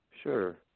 Sure